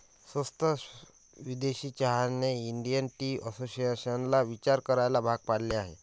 स्वस्त विदेशी चहाने इंडियन टी असोसिएशनला विचार करायला भाग पाडले आहे